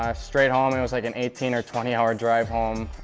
um straight home. it was like an eighteen or twenty hour drive home.